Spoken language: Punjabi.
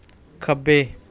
ਖੱਬੇ